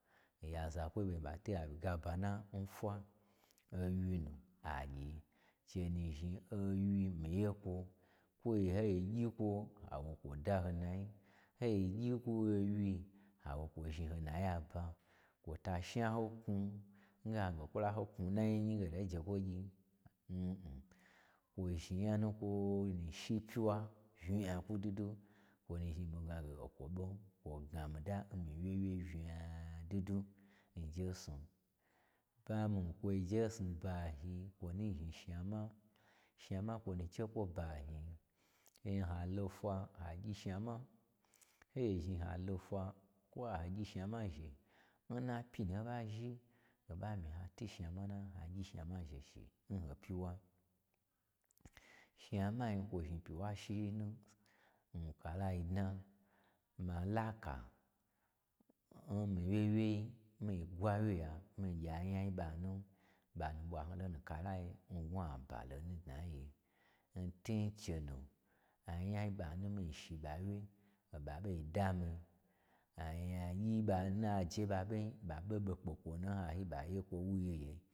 Oya zakwoi ɓo in ɓa twu awyi gabana n fwa n wyi nu, agyi, che nu zhni owyi mii yekwo, kwoi-ho gyi kwo ha wo kwo daho nayi ho gyi kwo auyi, ha wo kwo zhni ho nayi aba kwo ta shna ho knwun in hange kwo la ho knwu naye, hoto je kwo gyi, mm, kwo zhni nyanu n kwo shi eyiwa unya gwudwudwu, kwo nu zhni mii o kwo ɓo kwo gna mii da unya dwudwun jesnu. Bamii nkwoi njesnu, bayi kwo nu zhni shnama, shnama kwo nu che kwo bayi n ha lo fwa ha gyi shnama, ho zhni halo fwa, kwo ha gyi shnama zhe, n napyi nun hoɓa zhi iho ɓa myi hatwu shnama na ha gyi shnama zhe shi nhopyiwa, shnama kwo zhni pyiwa shi-i nu nkalai dna. Ma laka nmii wyewyei mii gwu awye ya mii gye a nyai n ɓanu, ɓa nu ɓwan lonu nkalai ngnwu aba nu dnan yi. N tun chenu, anyai n ɓanu mii shi ɓa wye, oɓa ɓoi da mii, anyagyi-i n ɓa nun naje ɓa ɓo nyi, ɓa ɓe ɓe kpe kwonu.